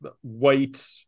white